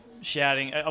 Shouting